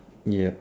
yup